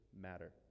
matter